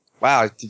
Wow